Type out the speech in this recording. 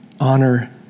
honor